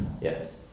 Yes